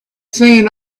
seen